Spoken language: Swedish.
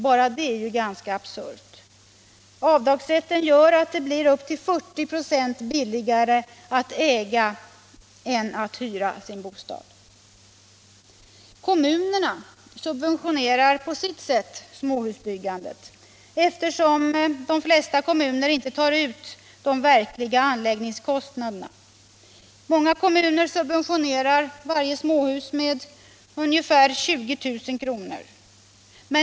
Bara det är ganska absurt. Avdragsrätten gör att det blir upp till 40 926 billigare att äga än att hyra sin bostad. Även kommunerna subventionerar på sitt sätt småhusbyggandet, eftersom de flesta kommuner inte tar ut de verkliga anläggningskostnaderna. Många kommuner subventionerar varje småhus med ungefär 20 000 kr.